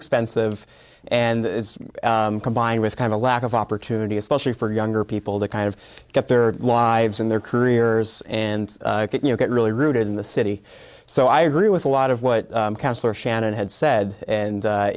expensive and combined with kind of a lack of opportunity especially for younger people to kind of get their lives and their careers and you know get really rooted in the city so i agree with a lot of what councilor shannon had said and